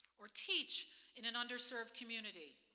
or teach in an under-served community,